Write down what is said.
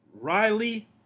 Riley